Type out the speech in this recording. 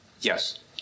Yes